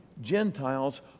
Gentiles